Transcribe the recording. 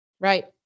Right